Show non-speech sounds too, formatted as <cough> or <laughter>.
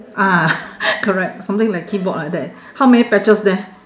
ah <laughs> correct something like keyboard like that how many patches there